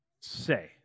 say